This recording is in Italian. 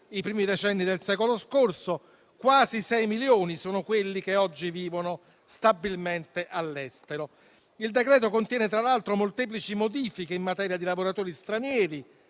i primi decenni del secolo scorso. Quasi sei milioni sono quelli che oggi vivono stabilmente all'estero. Il decreto contiene molteplici modifiche in materia di lavoratori stranieri,